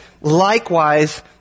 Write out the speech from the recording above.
likewise